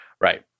Right